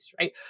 Right